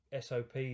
SOPs